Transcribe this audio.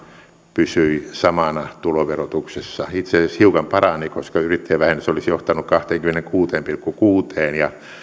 pysyi samana tuloverotuksessa itse asiassa hiukan parani koska yrittäjävähennys olisi johtanut kahteenkymmeneenkuuteen pilkku kuuteen ja